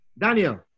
Daniel